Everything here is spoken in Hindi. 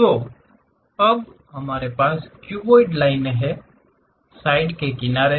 तो अब हमारे पास क्यूबॉइड लाइनें हैं साइड के किनारे हैं